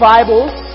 Bibles